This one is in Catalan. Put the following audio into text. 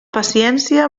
paciència